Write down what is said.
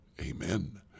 Amen